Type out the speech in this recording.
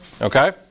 okay